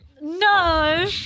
no